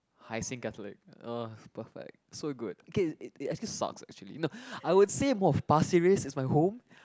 Hai-Sing-Catholic ugh perfect so good okay it it it actually sucks eh actually no I would say more of Pasir-Ris is my home